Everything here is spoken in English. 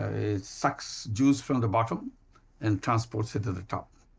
it sucks juice from the bottom and transports it to the top.